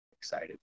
excited